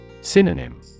Synonym